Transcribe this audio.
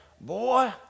boy